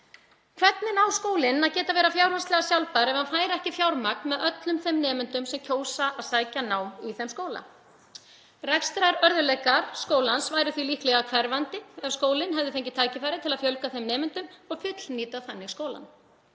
Hvernig á skólinn að geta verið fjárhagslega sjálfbær ef hann fær ekki fjármagn með öllum þeim nemendum sem kjósa að sækja nám í þeim skóla? Rekstrarörðugleikar skólans væru því líklega hverfandi ef skólinn hefði fengið tækifæri til að fjölga þeim nemendum og fullnýta þannig skólann.